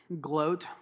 gloat